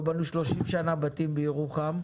לא בנו במשך 30 שנים בתים בירוחם.